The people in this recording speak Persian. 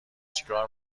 چیکار